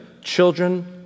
children